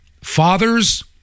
Fathers